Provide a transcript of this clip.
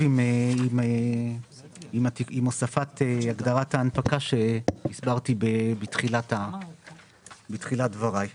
עם הוספת הגדרת ההנפקה שהסברתי בתחילת דבריי.